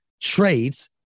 trades